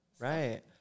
Right